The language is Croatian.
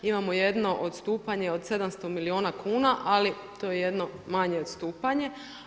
Imamo jedno odstupanje od 700 milijuna kuna ali to je jedno manje odstupanje.